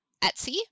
Etsy